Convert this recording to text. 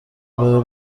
بره